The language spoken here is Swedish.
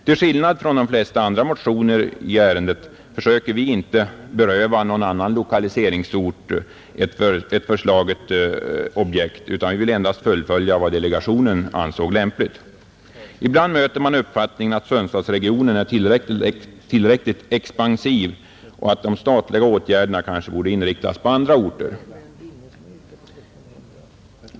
Till skillnad från de flesta andra motionärer i detta ärende försöker vi inte beröva någon annan lokaliseringsort ett föreslaget objekt utan vill endast fullfölja vad delegationen ansåg lämpligt. Ibland möter man uppfattningen att Sundsvallsregionen är tillräckligt expansiv och att de statliga åtgärderna kanske borde inriktas på andra orter.